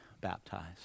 baptized